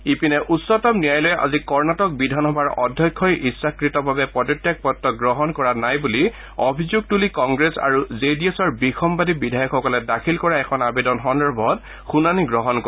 ইপিনে উচ্চতম ন্যায়ালয়ে আজি কৰ্ণটিক বিধানসভাৰ অধ্যক্ষই ইচ্ছাকতভাৱে পদত্যাগ পত্ৰ গ্ৰহণ কৰা নাই বুলি অভিযোগ তুলি কংগ্ৰেছ আৰু জে ডি এছৰ বিসম্বাদী বিধায়কসকলে দাখিল কৰা এখন আবেদন সন্দৰ্ভত শুনানি গ্ৰহণ কৰিব